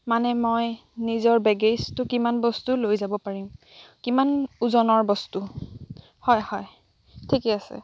মানে মই নিজৰ বেগেজটো কিমান বস্তু লৈ যাব পাৰিম কিমান ওজনৰ বস্তু হয় হয় ঠিকে আছে